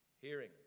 hearing